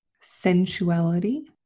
sensuality